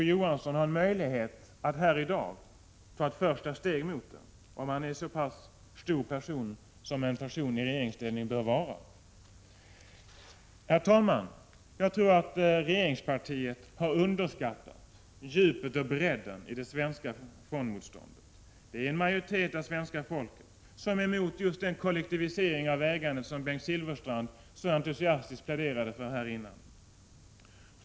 Å. Johansson har möjlighet att här i dag ta ett första steg i den riktningen, om han är en så pass stor person som en person i regeringsställning bör vara. Herr talman! Jag tror att regeringspartiet har underskattat djupet och bredden i det svenska fondmotståndet. Det är en majoritet av svenska folket som är emot just den kollektivisering av ägandet som Bengt Silfverstrand så entusiastiskt pläderade för.